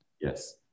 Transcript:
Yes